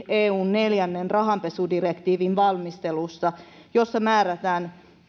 eun neljännen rahanpesudirektiivin valmistelussa siinä määrätään